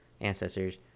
ancestors